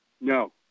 No